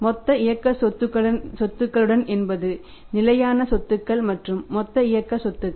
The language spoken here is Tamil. மொத்த இயக்க சொத்துக்களுடன் என்பது நிலையான சொத்துகள் மற்றும் மொத்த இயக்க சொத்துக்கள